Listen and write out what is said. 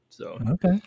Okay